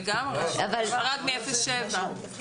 לגמרי, אבל רק מ-07.